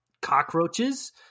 cockroaches